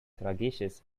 tragisches